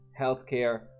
healthcare